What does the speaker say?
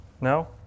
No